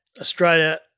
Australia